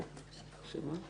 תודה רבה.